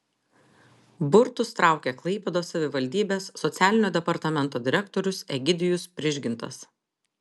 burtus traukė klaipėdos savivaldybės socialinio departamento direktorius egidijus prižgintas